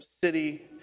city